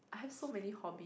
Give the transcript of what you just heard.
have so many hobby